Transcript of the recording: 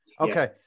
Okay